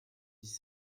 dix